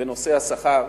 בנושא השכר,